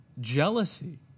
Jealousy